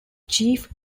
chief